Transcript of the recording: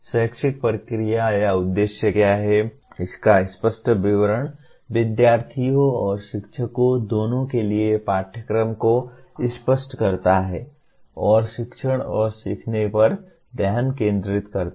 शैक्षिक प्रक्रिया का उद्देश्य क्या है इसका स्पष्ट विवरण विद्यार्थियों और शिक्षकों दोनों के लिए पाठ्यक्रम को स्पष्ट करता है और शिक्षण और सीखने पर ध्यान केंद्रित करता है